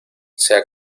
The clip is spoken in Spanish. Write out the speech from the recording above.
sea